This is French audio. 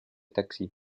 taxis